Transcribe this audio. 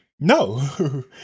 no